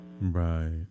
Right